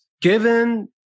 given